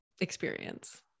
experience